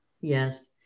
Yes